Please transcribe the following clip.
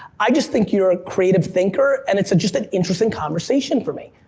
i just think you're a creative thinker, and it's just an interesting conversation for me.